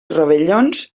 rovellons